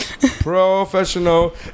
professional